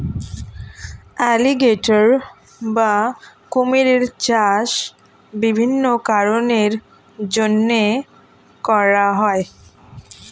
alligator বা কুমিরের চাষ বিভিন্ন কারণের জন্যে করা হয়